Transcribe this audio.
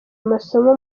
amasomo